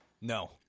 no